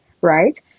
right